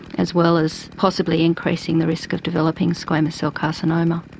as well as possibly increasing the risk of developing squamous cell carcinoma.